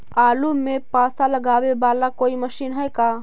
आलू मे पासा लगाबे बाला कोइ मशीन है का?